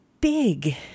big